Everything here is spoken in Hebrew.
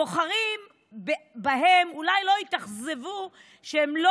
הבוחרים בהם אולי לא התאכזבו שהם לא